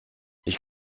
ich